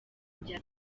bya